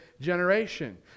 generation